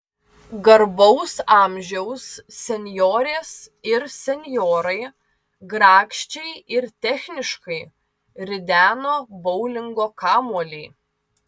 garbaus amžiaus senjorės ir senjorai grakščiai ir techniškai rideno boulingo kamuolį